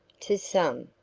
to some,